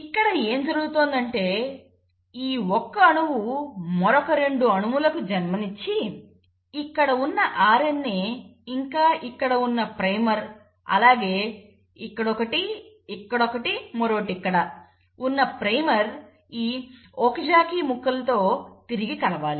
ఇక్కడ ఏం జరుగుతోందంటే ఈ ఒక్క అణువు మరొక రెండు అణువులకు జన్మనిచ్చి ఇక్కడ ఉన్న RNA ఇంకా ఇక్కడ ఉన్న ప్రైమర్ అలాగే ఇక్కడ ఒకటి ఇక్కడ ఒకటి మరొకటి ఇక్కడ ఉన్న ప్రైమర్ ఈ ఒకజాకి ముక్కలతో తిరిగి కలవాలి